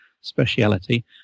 speciality